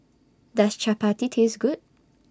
Does Chappati Taste Good